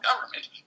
government